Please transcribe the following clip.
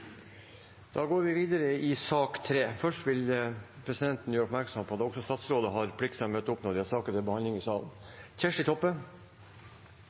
Da er statsråden på plass, og vi kan gå videre i sak nr. 3. Presidenten vil først gjøre oppmerksom på at også statsråder har plikt til å møte opp når en sak er til behandling i salen.